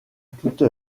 toute